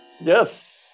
Yes